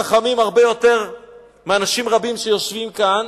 חכמים הרבה יותר מאנשים רבים שיושבים כאן,